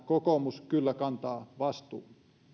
kokoomus kyllä kantaa vastuun